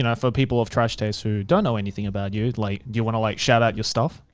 and for people of trash tastes who don't know anything about you, like, do you want to like shout out your stuff?